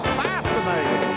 fascinating